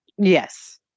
Yes